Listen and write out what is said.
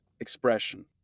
Expression